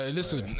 Listen